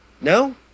no